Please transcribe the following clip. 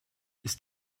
ist